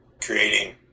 creating